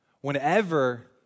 Whenever